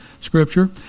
Scripture